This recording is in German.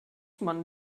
man